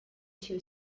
two